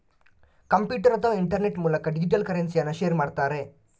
computer ಅಥವಾ internet ಮೂಲಕ digital ಕರೆನ್ಸಿಯನ್ನ ಶೇರ್ ಮಾಡ್ತಾರೆ